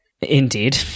Indeed